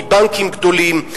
מבנקים גדולים,